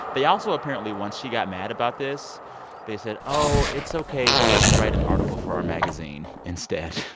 they also apparently, once she got mad about this they said, oh, it's ok. we'll let you write an article for our magazine instead.